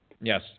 yes